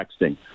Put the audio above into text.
texting